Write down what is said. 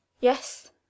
yes